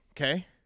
okay